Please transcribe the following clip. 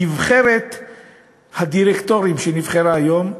נבחרת הדירקטורים שנבחרה היום,